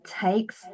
takes